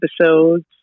episodes